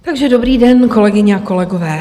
Takže dobrý den, kolegyně a kolegové.